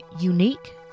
unique